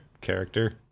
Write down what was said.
character